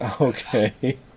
Okay